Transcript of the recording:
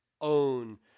own